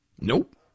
Nope